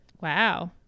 Wow